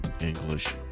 English